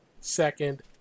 second